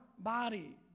body